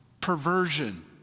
perversion